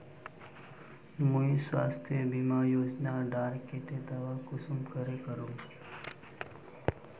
मुई स्वास्थ्य बीमा योजना डार केते दावा कुंसम करे करूम?